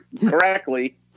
correctly